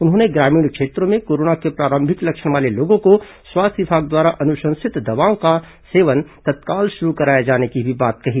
उन्होंने ग्रामीण क्षेत्रों में कोरोना के प्रारंभिक लक्षण वाले लोगों को स्वास्थ्य विभाग द्वारा अनुशंसित दवाओं का सेवन तत्काल शुरू कराए जाने की बात कही